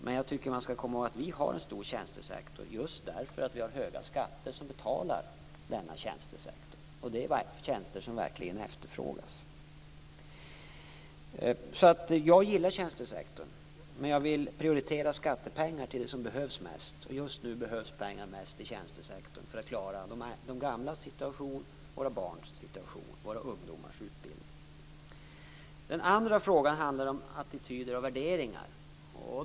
Men jag tycker att man skall komma ihåg att vi har en stor tjänstesektor just därför att vi har höga skatter som betalar denna tjänstesektor. Och det är tjänster som verkligen efterfrågas. Jag gillar alltså tjänstesektorn. Men jag vill prioritera skattepengar till det som behövs mest. Just nu behövs pengarna bäst i tjänstesektorn för att klara de gamlas situation, våra barns situation och våra ungdomars utbildning. Den andra frågan handlar om attityder och värderingar.